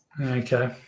Okay